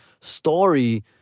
story